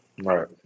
Right